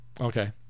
Okay